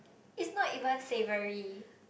it's not even savoury